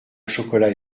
chocolat